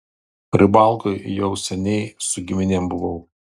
rybalkoj jau seniai su giminėm buvau